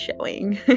showing